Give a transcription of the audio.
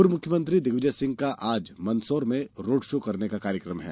पूर्व मुख्यमंत्री दिग्विजय सिंह का आज मेदसौर में रोड शो करने का कार्यक्रम है